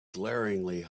glaringly